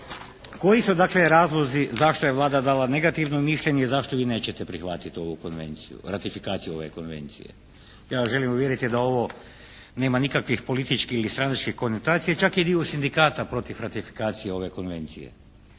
koji su dakle razlozi zašto je Vlada dala negativno mišljenje? Zašto vi nećete prihvatiti ovu konvenciju, ratifikaciju ove konvencije? Ja vas želim uvjeriti da ovo nema nikakvih političkih ili stranačkih konotacija, čak je dio sindikata protiv ratifikacije ove konvencije.